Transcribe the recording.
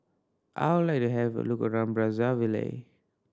I would like to have a look around Brazzaville